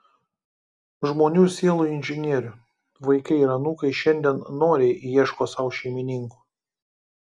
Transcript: žmonių sielų inžinierių vaikai ir anūkai šiandien noriai ieško sau šeimininkų